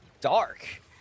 dark